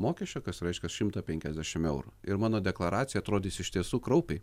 mokesčio kas reiškia šimtą penkiasdešimt eurų ir mano deklaracija atrodys iš tiesų kraupiai